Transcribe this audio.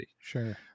Sure